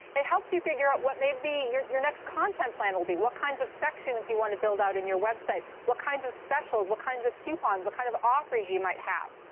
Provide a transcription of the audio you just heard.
it helps you figure out what maybe your your next content plan will be, what kinds of sections you want to build out in your website, what kinds of specials, what kinds of coupons, what kind of offers you might have.